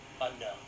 Unknown